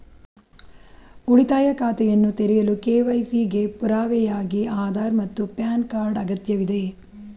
ಉಳಿತಾಯ ಖಾತೆಯನ್ನು ತೆರೆಯಲು ಕೆ.ವೈ.ಸಿ ಗೆ ಪುರಾವೆಯಾಗಿ ಆಧಾರ್ ಮತ್ತು ಪ್ಯಾನ್ ಕಾರ್ಡ್ ಅಗತ್ಯವಿದೆ